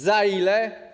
Za ile?